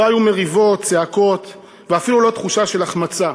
לא היו מריבות, צעקות, ואפילו לא תחושה של החמצה,